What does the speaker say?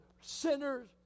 sinners